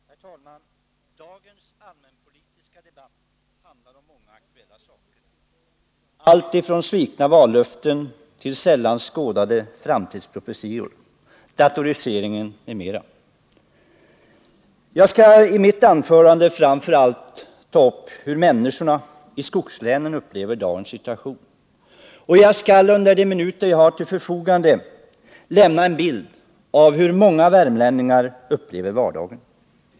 Herr talman! Dagens allmänpolitiska debatt handlar om många aktuella saker, alltifrån svikna vallöften till sällan skådade framtidsprofetior, datorisering m.m. Jag skall i mitt anförande framför allt ta upp hur människorna i skogslänen upplever dagens situation. Jag skall under de minuter jag har till förfogande lämna en bild av hur många värmlänningar upplever vardagen.